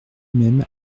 même